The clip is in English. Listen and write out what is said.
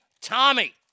Tommy